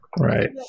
Right